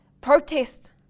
Protest